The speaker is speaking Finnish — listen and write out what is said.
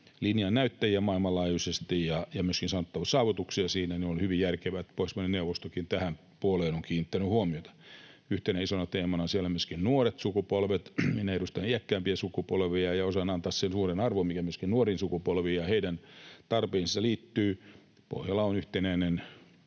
linjan näyttäjä maailmanlaajuisesti ja myöskin saanut siinä saavutuksia, joten on hyvin järkevää, että Pohjoismaiden neuvostokin tähän puoleen on kiinnittänyt huomiota. Yhtenä isona teemana siellä on myöskin nuoret sukupolvet. Minä edustan iäkkäämpiä sukupolvia, ja osaan antaa sen suuren arvon, mikä myöskin nuoriin sukupolviin ja heidän tarpeisiinsa liittyy. Pohjola on yhtenäinen